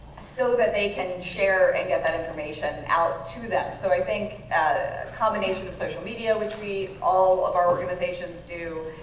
so that they can share and get that information out to them. so i think a combination of social media, which we, all of our organizations do,